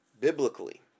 biblically